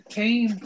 team